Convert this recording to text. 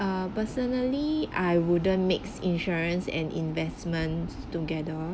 um personally I wouldn't makes insurance and investments together